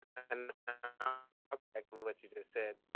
an effect what you just said?